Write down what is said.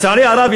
לצערי הרב,